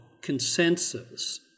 consensus